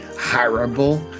horrible